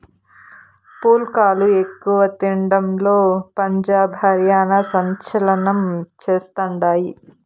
పుల్కాలు ఎక్కువ తినడంలో పంజాబ్, హర్యానా సంచలనం చేస్తండాయి